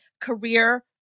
career